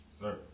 Sir